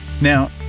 Now